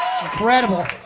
incredible